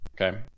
Okay